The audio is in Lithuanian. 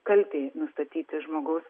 kaltei nustatyti žmogaus